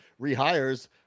rehires